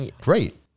Great